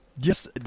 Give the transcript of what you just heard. Yes